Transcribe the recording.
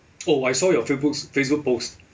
oh I saw your facebook facebook post